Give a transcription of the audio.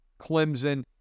Clemson